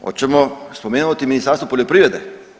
Hoćemo spomenuti Ministarstvo poljoprivrede?